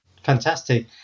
Fantastic